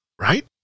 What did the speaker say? Right